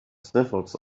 sniffles